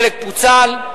חלק פוצל,